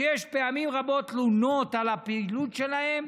כשיש פעמים רבות תלונות על הפעילות שלה,